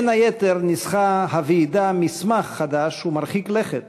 בין היתר ניסחה הוועידה מסמך חדש ומרחיק לכת,